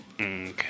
Okay